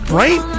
right